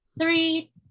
three